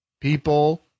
people